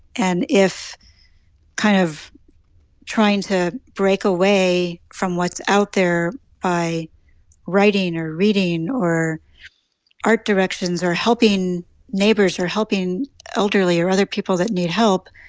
and if kind of trying to break away from what's out there by writing or reading or art directions or helping neighbors or helping elderly or other people that need help,